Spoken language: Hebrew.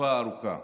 תקופה ארוכה.